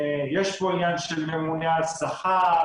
יש פה עניין של ממונה על השכר,